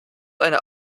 eine